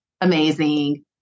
amazing